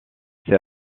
c’est